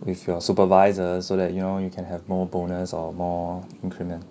with your supervisor so that you know you can have more bonus or more increment